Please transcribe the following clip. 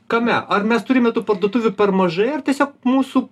kame ar mes turime tų parduotuvių per mažai ar tiesiog mūsų